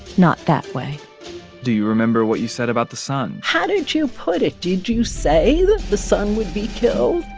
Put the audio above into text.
not that way do you remember what you said about the son? how did you put it? did you say that the son would be killed?